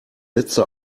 letzte